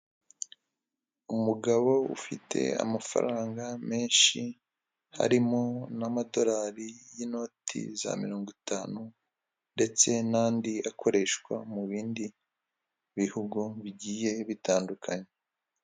Umugabo ufite amafaranga menshi, harimo n'amadolari y'inoti za mirongo itanu, ndetse n'andi akoreshwa mu bindi bihugu bigiye bitandukanye.